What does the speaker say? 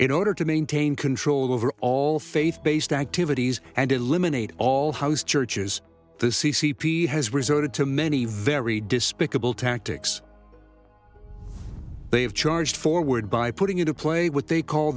in order to maintain control over all faith based activities and eliminate all house churches the c c p has resorted to many very despicable tactics they have charged forward by putting into play what they call